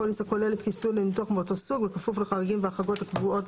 הפוליסה כוללת כיסוי לניתוח מאותו סוג הכפוף לחריגים והחרגות הקבועים